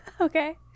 Okay